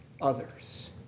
others